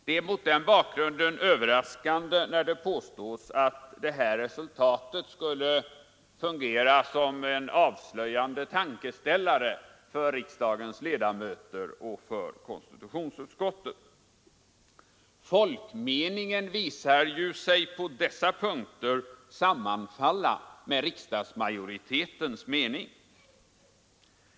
Det är mot den bakgrunden överraskande när det påstås att detta resultat skulle fungera som en ”avslöjande” tankeställare för riksdagens ledamöter och för konstitutionsutskottet. Folkmeningen visar sig ju på dessa punkter sammanfalla med riksdagsmajoritetens mening.